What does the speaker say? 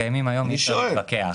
עם הפקקים שקיימים היום אי אפשר להתווכח.